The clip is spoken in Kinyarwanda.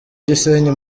gisenyi